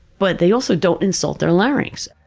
but they also don't insult their larynx.